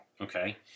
Okay